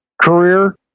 career